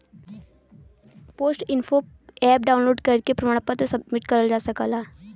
post info app download करके प्रमाण पत्र सबमिट करल जा सकला